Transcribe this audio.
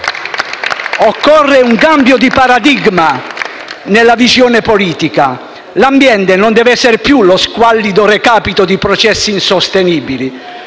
Occorre un cambio di paradigma nella visione politica: l'ambiente non deve essere più lo squallido recapito di processi insostenibili,